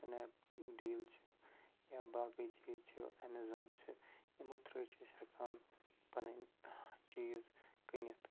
أسۍ Snapdeal چھِ یا باقٕے چیٖز چھِ اٮ۪مازان چھِ یِمَو تھرو چھِ أسۍ ہٮ۪کان پَنٕنۍ چیٖز کٔنِتھ